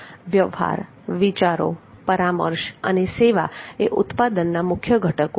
વ્યવહાર વિચારો પરામર્શ અને સેવા એ ઉત્પાદનના મુખ્ય ઘટકો છે